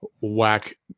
whack